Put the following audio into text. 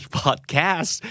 podcast